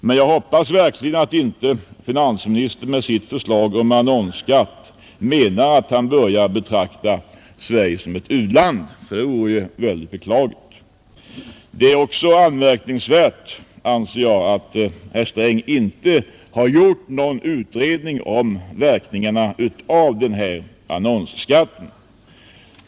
Men jag hoppas verkligen att inte finansministern med sitt förslag om annonsskatt menar att han börjar betrakta Sverige som ett u-land, för det vore ju högst beklagligt. Det är också anmärkningsvärt, anser jag, att herr Sträng inte har gjort någon utredning om verkningarna av den här annonsskatten.